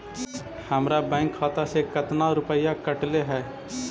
हमरा बैंक खाता से कतना रूपैया कटले है?